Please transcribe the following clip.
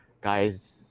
guys